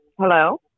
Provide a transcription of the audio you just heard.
Hello